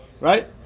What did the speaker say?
right